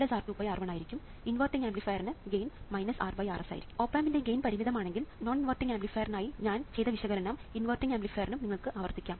inverting ആംപ്ലിഫയറിന് gain RRs ആയിരിക്കും op ആമ്പിന്റെ ഗെയിൻ പരിമിതമാണെങ്കിൽ നോൺ ഇൻവേർട്ടിംഗ് ആംപ്ലിഫയറിനായി ഞങ്ങൾ ചെയ്ത വിശകലനം ഇൻവേർട്ടിംഗ് ആംപ്ലിഫയറിനും നിങ്ങൾക്ക് ആവർത്തിക്കാം